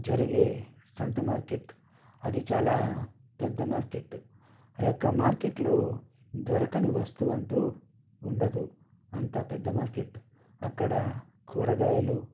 జరిగే సంత మార్కెట్ అది చాలా పెద్ద మార్కెట్ ఆయొక్క మార్కెట్లో దొరకని వస్తువు అంటూ ఉండదు అంత పెద్ద మార్కెట్ అక్కడ కూరగాయలు